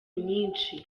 nyishi